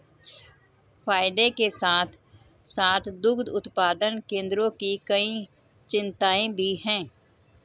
फायदे के साथ साथ दुग्ध उत्पादन केंद्रों की कई चिंताएं भी हैं